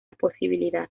posibilidad